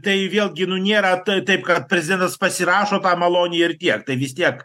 tai vėlgi nu nėra t taip kad prezidentas pasirašo tą malonį ir tiek tai vis tiek